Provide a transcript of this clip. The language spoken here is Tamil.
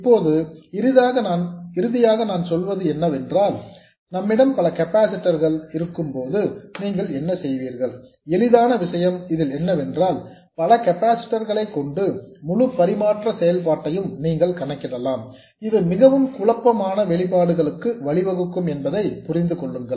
இப்போது இறுதியாக நான் சொல்வது என்னவென்றால் நம்மிடம் பல கெப்பாசிட்டர்ஸ் இருக்கும்போது நீங்கள் என்ன செய்வீர்கள் எளிதான விஷயம் என்னவென்றால் பல கெப்பாசிட்டர்ஸ் களை கொண்டு முழு பரிமாற்ற செயல்பாட்டையும் நீங்கள் கணக்கிடலாம் இது மிகவும் குழப்பமான வெளிபாடுகளுக்கு வழிவகுக்கும் என்பதை புரிந்து கொள்ளுங்கள்